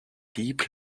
deep